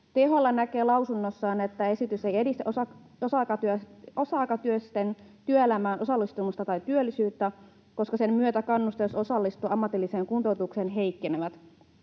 THL näkee lausunnossaan, että esitys ei edistä osatyökykyisten työelämään osallistumista tai työllisyyttä, koska sen myötä kannustimet osallistua ammatilliseen kuntoutukseen heikkenevät.